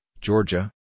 Georgia